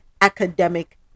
Academic